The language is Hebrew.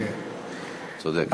צודק.